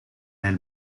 nel